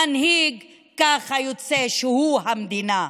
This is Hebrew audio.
המנהיג, ככה יוצא, הוא המדינה.